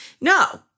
No